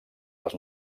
les